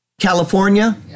California